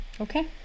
Okay